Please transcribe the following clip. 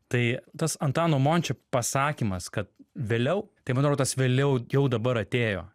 tai tas antano mončio pasakymas kad vėliau tai man atrodo tas vėliau jau dabar atėjo